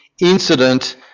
incident